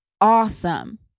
awesome